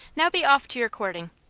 now be off to your courting,